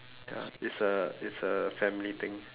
ya it's a it's a family thing